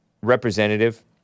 representative